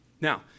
Now